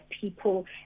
people